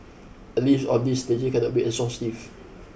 a list of this cannot be exhaustive